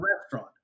restaurant